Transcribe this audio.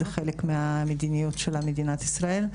זה חלק מהמדיניות של מדינת ישראל.